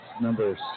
number